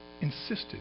insisted